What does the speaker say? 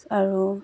আৰু